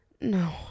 No